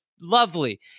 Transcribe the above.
lovely